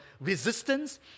resistance